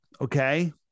Okay